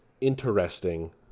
interesting